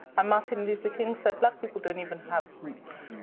martin luther king said, black people don't even have boots.